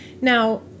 now